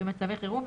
במצבי חירום,